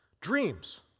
Dreams